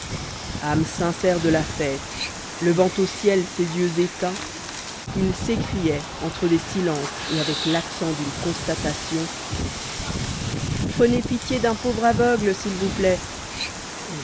âme sincère de la fête levant au ciel ses yeux éteints il s'écriait entre des silences et avec l'accent d'une constatation prenez pitié d'un pauvre aveugle s'il vous plaît